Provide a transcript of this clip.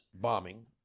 bombing